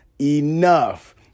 enough